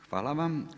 Hvala vam.